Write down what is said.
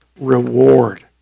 reward